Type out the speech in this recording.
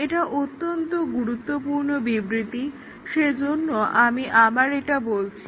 এটা অত্যন্ত গুরুত্বপূর্ণ বিবৃতি সেজন্য আমি আবার এটা বলছি